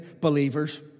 believers